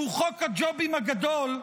שהוא חוק הג'ובים הגדול,